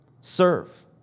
serve